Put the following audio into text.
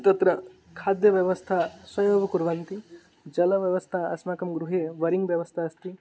तत्र् खाद्यव्यवस्था स्वयं कुर्वन्ति जलव्यवस्था अस्माकं गृहे वरीं व्यवस्था अस्ति